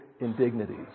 indignities